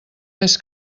més